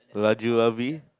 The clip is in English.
Raju Lavi